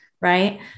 right